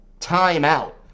timeout